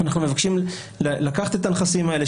אנחנו מבקשים לקחת את הנכסים האלה,